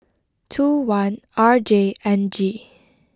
two one R J N G